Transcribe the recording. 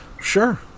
Sure